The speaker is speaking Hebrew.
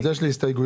יש לי הסתייגויות.